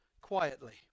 quietly